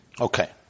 Okay